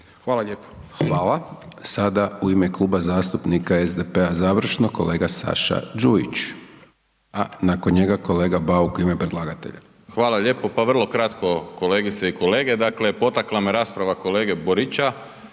Siniša (SDP)** Hvala. Sada u ime Kluba zastupnika SDP-a završno kolega Saša Đujić, a nakon njega kolega Bauk u ime predlagatelja. **Đujić, Saša (SDP)** Hvala lijepo. Pa vrlo kratko kolegice i kolege, dakle, potakla me rasprava kolege Borića